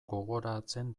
gogoratzen